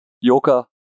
yoga